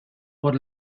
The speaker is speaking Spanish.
por